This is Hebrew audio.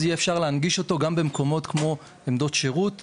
יהיה אפשר להנגיש אותו גם במקומות כמו עמדות שירות שפזורות,